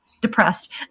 depressed